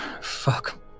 Fuck